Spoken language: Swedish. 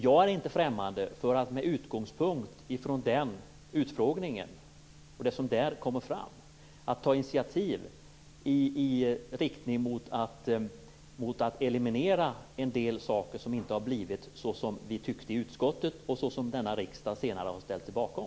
Jag är inte främmande för att med utgångspunkt från det som kommer fram under den utfrågningen ta initiativ för att eliminera en del saker som inte har blivit så som vi tyckte i utskottet och som denna riksdag senare ställde sig bakom.